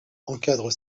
encadrent